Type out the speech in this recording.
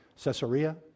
Caesarea